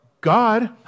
God